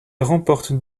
remporte